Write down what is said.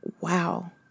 wow